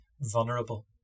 vulnerable